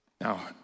Now